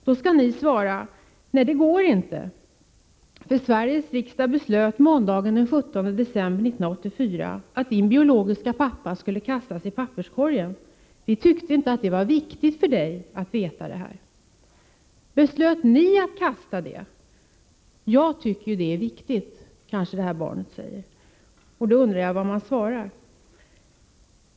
Då skall ni svara: Nej, det går inte, för Sveriges riksdag beslöt måndagen den 17 december 1984 att din biologiska pappa skulle kastas i papperskorgen. Vi tyckte inte att det var viktigt för dig att veta det här, säger man till barnet. Beslöt ni att kasta det? Jag tycker att det är viktigt, kanske barnet säger. Jag undrar vad man då svarar.